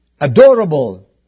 adorable